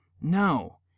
No